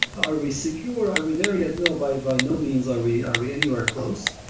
are we secure? are we there yet? no. by by no means are we are we anywhere close?